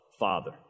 father